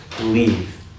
leave